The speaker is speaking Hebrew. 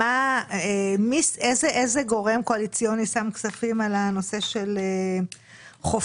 איזה גורם קואליציוני שם כספים על נושא החופים?